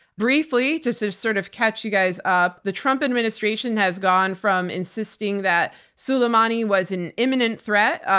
briefly, just to sort of catch you guys up, the trump administration has gone from insisting that soleimani was an imminent threat,